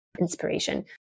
inspiration